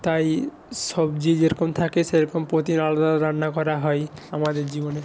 তাই সবজি যেরকম থাকে সেরকম প্রতিদিন আলাদা আলাদা রান্না করা হয় আমাদের জীবনে